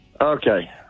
Okay